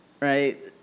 right